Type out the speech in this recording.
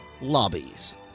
lobbies